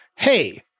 hey